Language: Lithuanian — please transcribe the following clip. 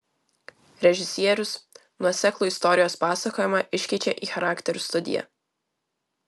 režisierius nuoseklų istorijos pasakojimą iškeičia į charakterių studiją